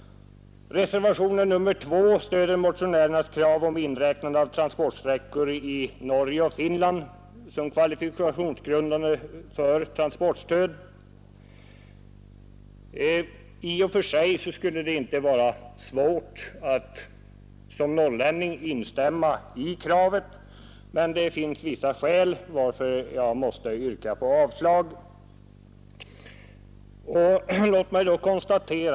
Reservationen 2 stöder motionärernas krav att transportsträckor i Norge och Finland skall vara kvalifikationsgrundande för transportstöd. I och för sig skulle det inte vara svårt att som norrlänning instämma i kravet. Men det finns vissa skäl till att utskottet yrkar avslag på förslaget.